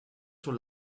sur